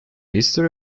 history